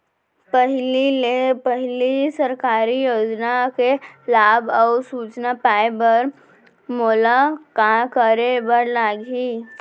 पहिले ले पहिली सरकारी योजना के लाभ अऊ सूचना पाए बर मोला का करे बर लागही?